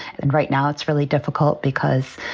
and right now it's really difficult because